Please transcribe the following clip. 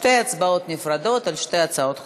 שתי הצבעות נפרדות על שתי הצעות חוק.